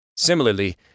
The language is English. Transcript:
Similarly